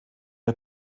der